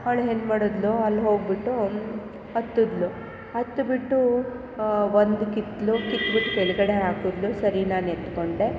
ಅವ್ಳು ಹೆಂಗೆ ಮಾಡಿದ್ಲು ಅಲ್ಲಿ ಹೋಗಿಬಿಟ್ಟು ಹತ್ತಿದ್ಲು ಹತ್ತಿ ಬಿಟ್ಟು ಒಂದು ಕಿತ್ತು ಕಿತ್ತು ಬಿಟ್ಟು ಕೆಳಗಡೆ ಹಾಕಿದ್ಲು ಸರಿ ನಾನು ಎತ್ಕೊಂಡೆ